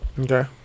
Okay